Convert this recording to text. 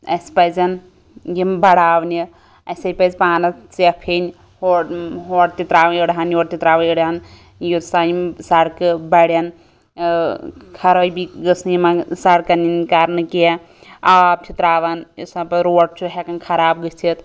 اَسہِ پَزٮ۪ن یم بَڈاونہِ اَسے پَزِ پانَس ژیٚپھ ہیٚنۍ ہورٕ ہورٕ تہِ ترٛاوٕنۍ أڑۍ ہان یورٕ تہِ ترٛاوٕنۍ أڑۍ ہان یُتھ سا یم سَڑکہٕ بَڈٮ۪ن خَرٲبی گٔژھ نہٕ یمن سَڈکَن یِنۍ کَرنہٕ کیٚنٛہہ آب چھِ ترٛاون یُتھ سا پَتہٕ روڈ چھُ ہیٚکان خراب گٔژھِتھ